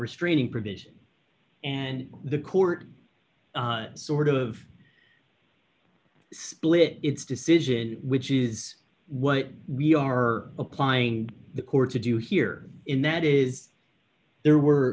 restraining provisions and the court sort of split its decision which is what we are applying to the court to do here in that is there were